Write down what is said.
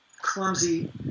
clumsy